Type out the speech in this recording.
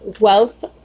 wealth